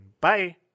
bye